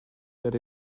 that